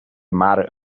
matter